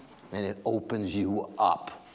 and it opens you up.